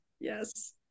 Yes